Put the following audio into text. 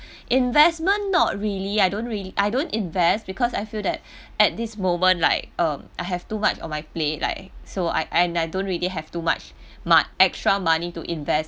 investment not really I don't really I don't invest because I feel that at this moment like um I have too much on my plate like so I I don't really have too much mud extra money to invest